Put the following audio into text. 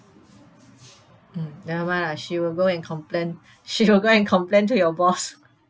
mm never mind lah she will go and complain she will go and complain to your boss